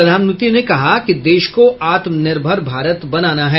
प्रधानमंत्री ने कहा कि देश को आत्मनिर्भर भारत बनाना है